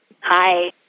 Hi